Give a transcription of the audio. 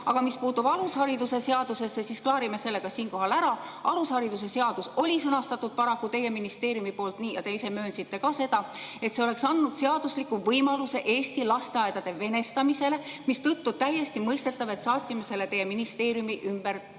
mis puutub alushariduse seadusesse, siis klaarime selle ka siinkohal ära. Alushariduse seadus oli sõnastatud paraku teie ministeeriumi poolt nii – ja te ise möönsite ka seda –, et see oleks andnud seadusliku võimaluse Eesti lasteaedade venestamiseks, mistõttu on täiesti mõistetav, et saatsime selle teie ministeeriumi ümbertöötamiseks